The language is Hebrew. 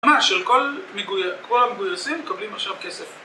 ממש של כל המגויוסים מקבלים עכשיו כסף